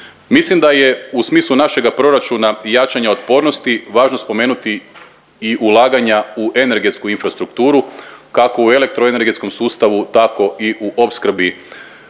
Mislim da je u smislu našega proračuna i jačanja otpornosti važno spomenuti i ulaganja u energetsku infrastrukturu kako u elektroenergetskom sustavu tako i u opskrbi